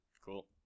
Cool